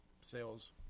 sales